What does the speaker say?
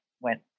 went